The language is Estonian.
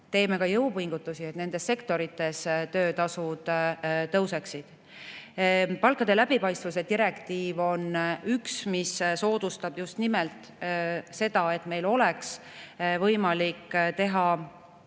Teeme ka jõupingutusi, et nendes sektorites töötasud tõuseksid. Palkade läbipaistvuse direktiiv on üks, mis soodustab just nimelt seda, et meil oleks võimalik teha